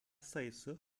sayısı